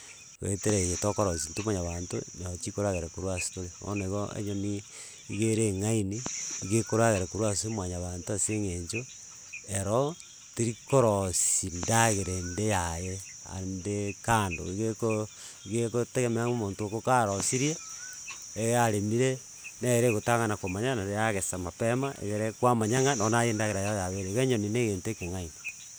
Goetera eye tokorosi intwe mwanyabanto noo chikoragera korwa ase tore, bono igo enyoni iga ere eng'aini iga ekoragera korwa ase mwanyabanto ase eng'encho ero terikorosi ndagera ende yaye ande kando iga ekooo iga ekotegemea omonto oko karosirie eaa aremire, nere egotang'ana komanya naende yagesa mapema egere kwamanya ng'a nonye naye endagera yago yabeire, iga enyoni na egento ekeng'aini.